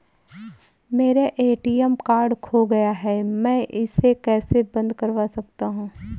मेरा ATM card खो गया है मैं इसे कैसे बंद करवा सकता हूँ?